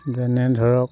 যেনে ধৰক